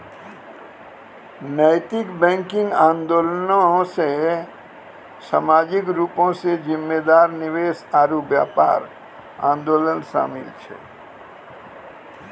नैतिक बैंकिंग आंदोलनो मे समाजिक रूपो से जिम्मेदार निवेश आरु व्यापार आंदोलन शामिल छै